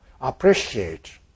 appreciate